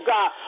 God